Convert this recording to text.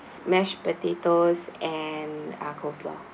mashed potatoes and ah coleslaw